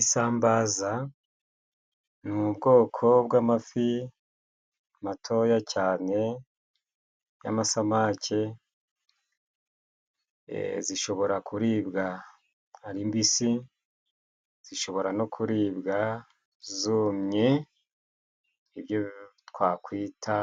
Isambaza ni ubwoko bw'amafi matoya cyane; y'amasamake zishobora kuribwa ari mbisi, zishobora no kuribwa zumye, ibyo twakwita